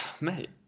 mate